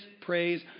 praise